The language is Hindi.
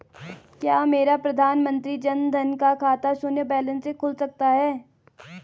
क्या मेरा प्रधानमंत्री जन धन का खाता शून्य बैलेंस से खुल सकता है?